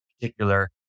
particular